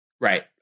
right